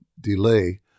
delay